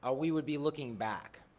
ah we would be looking back